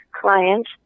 client